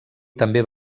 també